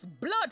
blood